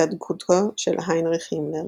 הצטדקותו של הינריך הימלר,